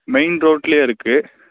மெயின்ரோட்டிலே இருக்குது